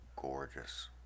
gorgeous